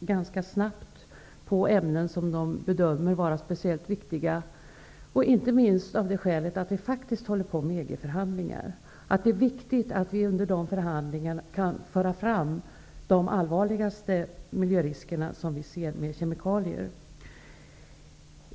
ganska snabbt behöver en lista över de ämnen som bedöms vara speciellt viktiga, inte minst av det skälet att EG-förhandlingar faktiskt pågår. Det är viktigt att vi under dessa förhandlingar kan föra fram de allvarligaste miljörisker som vi ser med kemikalier.